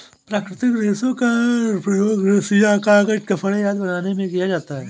प्राकृतिक रेशों का प्रयोग रस्सियॉँ, कागज़, कपड़े आदि बनाने में किया जाता है